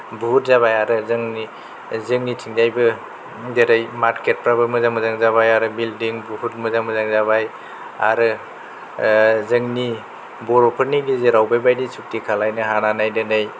बहुद जाबाय आरो जोंनि जोंनिथिंजायबो जेरै मार्केतफ्राबो मोजां मोजां जाबाय आरो बिल्डिं बहुद मोजां मोजां जाबाय आरो ओ जोंनि बर'फोरनि गेजेराव बेबायदि सुक्ति खालायनो हानानै दोनै